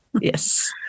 Yes